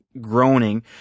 groaning